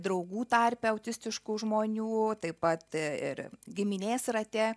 draugų tarpe autistiškų žmonių taip pat ir giminės rate